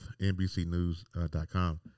NBCnews.com